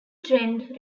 trend